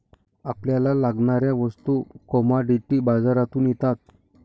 आपल्याला लागणाऱ्या वस्तू कमॉडिटी बाजारातून येतात